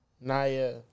Naya